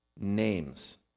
names